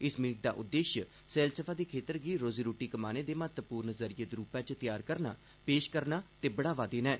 इस मीटिंग दा उद्देश्य सैलसफा दे क्षेत्र गी रोजी रूट्टी कमाने दे महत्वपूर्ण जरिए दे रूपै च त्यार करना पेश करना ते बढ़ावा देना ऐ